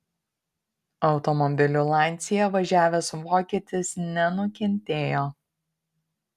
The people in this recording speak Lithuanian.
automobiliu lancia važiavęs vokietis nenukentėjo